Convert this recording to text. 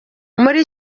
muri